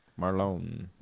Marlon